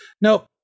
Nope